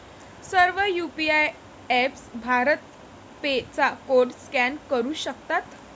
सर्व UPI apps BharatPe चा code scan करू शकतात